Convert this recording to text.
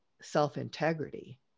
self-integrity